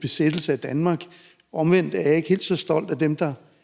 besættelse af Danmark. Omvendt er jeg ikke helt så stolt af dem, der